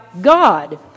God